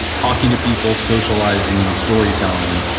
talking to people, socializing, story telling,